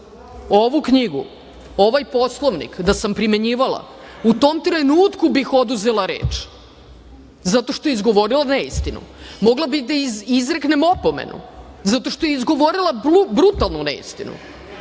ovu knjigu, ovaj Poslovnik, da sam primenjivala u tom trenutku bih oduzela reč zato što je izgovorila neistinu. Mogla bih da izreknem i opomenu zato što je izgovorila brutalnu neistinu,